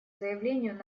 заявлению